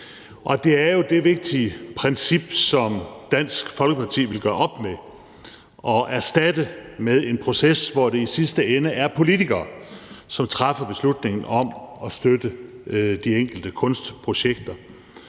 det er jo det vigtige princip, som Dansk Folkeparti vil gøre op med og erstatte med en proces, hvor det i sidste ende er politikere, som træffer beslutningen om at støtte de enkelte kunstprojekter.